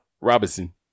Robinson